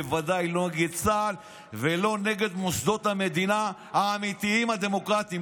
בוודאי לא נגד צה"ל ולא נגד מוסדות המדינה האמיתיים הדמוקרטיים,